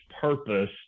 purpose